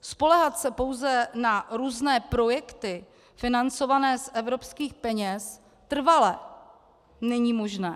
Spoléhat se pouze na různé projekty financované z evropských peněz trvale není možné.